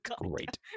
great